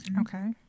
Okay